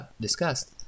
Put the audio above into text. discussed